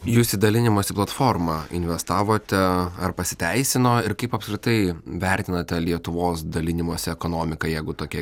jūs į dalinimosi platformą investavote ar pasiteisino ir kaip apskritai vertinate lietuvos dalinimosi ekonomiką jeigu tokia